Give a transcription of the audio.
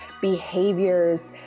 behaviors